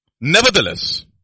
Nevertheless